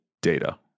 data